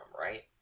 right